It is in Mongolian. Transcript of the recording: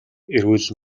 эрүүл